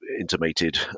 intimated